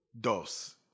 Dos